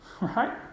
Right